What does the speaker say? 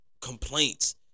complaints